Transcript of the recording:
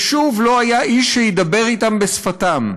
ושוב, לא היה איש שידבר אתם בשפתם.